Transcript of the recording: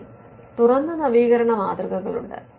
അതിൽ തുറന്ന നവീകരണ മാതൃകകളുണ്ട്